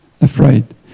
afraid